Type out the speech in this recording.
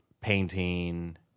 painting